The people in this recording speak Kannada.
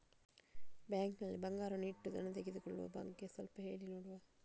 ಬ್ಯಾಂಕ್ ನಲ್ಲಿ ಬಂಗಾರವನ್ನು ಇಟ್ಟು ಹಣ ತೆಗೆದುಕೊಳ್ಳುವ ಬಗ್ಗೆ ಸ್ವಲ್ಪ ಹೇಳಿ ನೋಡುವ?